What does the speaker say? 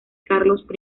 carlos